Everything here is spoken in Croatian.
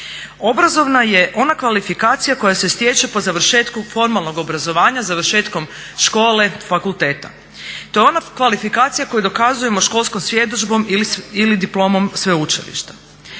Obrazovna je ona kvalifikacija koja se stječe po završetku formalnog obrazovanja završetkom škole, fakulteta. To je ona kvalifikacija koju dokazujemo školskom svjedodžbom ili diplomom sveučilišta.